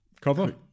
Cover